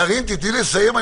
קארין, תני לי לסיים.